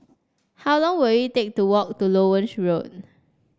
how long will it take to walk to Loewen Road